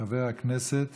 חבר הכנסת